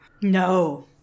No